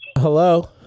Hello